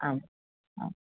आम् आम्